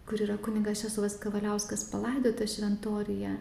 kur yra kunigas česlovas kavaliauskas palaidotas šventoriuje